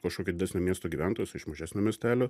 kažkokio didesnio miesto gyventojas o iš mažesnio miestelio